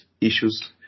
issues